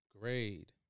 grade